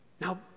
Now